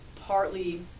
partly